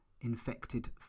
infected